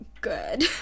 good